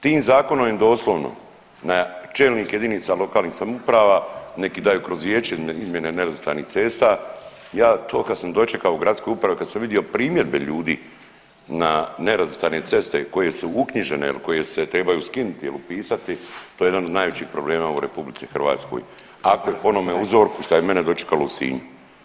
Tim zakonom je doslovno na čelnike jedinica lokalnih samouprava, neki daju kroz vijeće ime nerazvrstanih cesta ja to kad sam dočekao u gradskoj upravi kad sam vidio primjedbe ljudi na nerazvrstane ceste koje su uknjižene il koje se trebaju skinuti il upisati to je jedan od najvećih problema u RH ako je po onome uzorku što je mene dočekalo u Sinju.